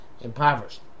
impoverished